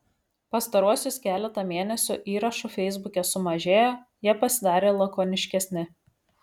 pastaruosius keletą mėnesių įrašų feisbuke sumažėjo jie pasidarė lakoniškesni